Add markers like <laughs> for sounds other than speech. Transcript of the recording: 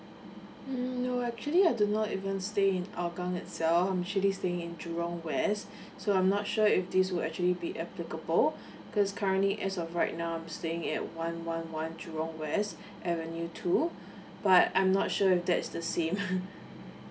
mm no actually I do not even stay in hougang itself I'm actually stay in jurong west so I'm not sure if this will actually be applicable because currently as of right now I'm staying at one one one jurong west avenue two but I'm not sure if that's the same <laughs>